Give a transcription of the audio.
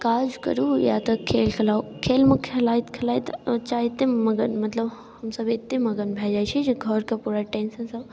काज करु या तऽ खेल खेलाउ खेलमे खेलाइत खेलाइत चाहितेमे मगन मतलब हमसब एतेक मगन भए जाइ छी जे घरके पूरा टेन्शनसँ